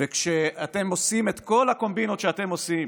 וכשאתם עושים את כל הקומבינות שאתם עושים